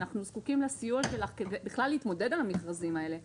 אנחנו זקוקים לסיוע שלך כדי בכלל להתמודד על המכרזים האלה,